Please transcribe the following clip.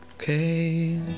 Okay